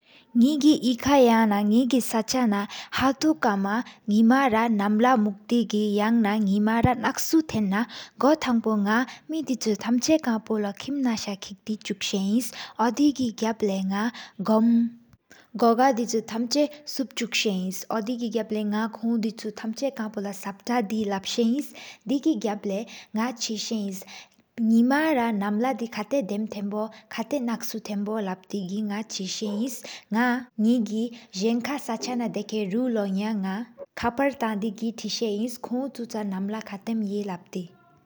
ནི་གིས་ཡིག་ཡང་ན་ནི་གིས་ས་བཅད་ན། ཧ་ཏོག་ཀ་མ་ལས་མ་ར་ནམ་ལ་ལ་མོག་སྟེ་གི། ཡང་ན་སྣི་མ་རྡད་རྗི་ཐེན་ན། གོ་ཐང་པོ་ནག་མེད་ཅི་ལག་གི་ཏམ་ཆ། ཀུད་ལ་མཁ་པོ་ལ་ཁངས་སྟེ་པ། ཨོ་ཥེད་གི་གེབ་ལ་ནག་གོ་མགའ་ཀ་གི་ཏམ་ཆ། སབ་ཅུག་ས་ནི་ཨོ་འདེ་གྲུབ་ལས་ནག་སྐོངས། ཏམ་ཆ་དེ་ཅུ་ལོ་སར་ཏ་འདེ་ལབ་ཏེ་ལབ་ས་ཨིན། དེ་གི་གྭོ་ལས་མི་ས་ན་ནམ་ལ་དི། ཁ་ཏ་དམ་ཐེན་པོ་ཁ་ཏ་ལྷག་བོ་དེམ། ལབ་ཏི་གིས་ས་ཨིན་ནག་ནེག་གི་ཟད་མ་ས་ཅན་ན། ཏེ་ཁ།་ནུག་ལོ་ཡན་ན་ཀད་ཕར་ཏ་འདེ་གི་ཐེ་ས་ཨིན། ཐན་ཆ་ནམ་ལ་ར་ཐམ་གི་ལབ་ཆའི།